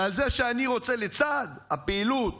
ועל זה שאני רוצה, לצד הפעילות